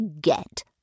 get